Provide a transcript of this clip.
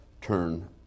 turn